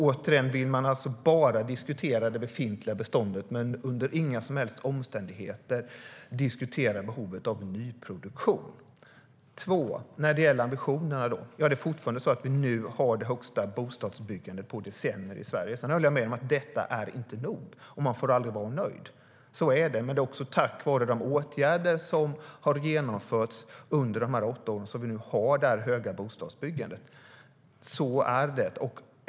Återigen: Man vill bara diskutera det befintliga beståndet och under inga som helst omständigheter behovet av nyproduktion. Det andra jag ska ta upp gäller ambitionerna. Det är fortfarande så att vi nu har det högsta bostadsbyggandet på decennier i Sverige. Sedan håller jag med om att detta inte är nog och att man aldrig får vara nöjd. Så är det, men det är också tack vare de åtgärder som har genomförts under de senaste åtta åren som vi har det höga bostadsbyggandet. Så är det.